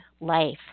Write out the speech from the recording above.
Life